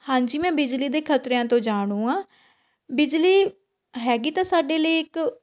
ਹਾਂਜੀ ਮੈਂ ਬਿਜਲੀ ਦੇ ਖਤਰਿਆਂ ਤੋਂ ਜਾਣੂ ਹਾਂ ਬਿਜਲੀ ਹੈਗੀ ਤਾਂ ਸਾਡੇ ਲਈ ਇੱਕ